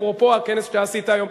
אפרופו הכנס שעשית היום.